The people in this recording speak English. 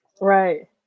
Right